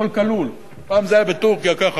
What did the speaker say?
"הכול כלול" פעם זה היה בטורקיה ככה,